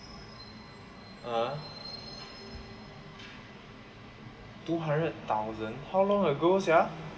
(uh huh) two hundred thousand how long ago sia